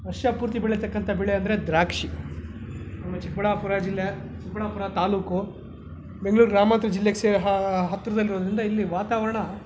ವರ್ಷ ಪೂರ್ತಿ ಬೆಳೀತಕ್ಕಂಥ ಬೆಳೆ ಅಂದರೆ ದ್ರಾಕ್ಷಿ ನಮ್ಮ ಚಿಕ್ಕಬಳ್ಳಾಪುರ ಜಿಲ್ಲೆ ಚಿಕ್ಕಬಳ್ಳಾಪುರ ತಾಲ್ಲೂಕು ಬೆಂಗ್ಳೂರು ಗ್ರಾಮಂತರ ಜಿಲ್ಲೆಗೆ ಸೇರಿ ಹತ್ತಿರದಲ್ಲಿರೋದ್ರಿಂದ ಇಲ್ಲಿ ವಾತಾವರಣ